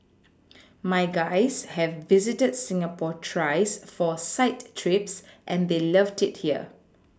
my guys have visited Singapore thrice for site trips and they loved it here